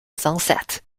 sunset